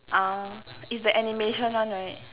um is the animation one right